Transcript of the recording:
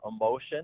emotion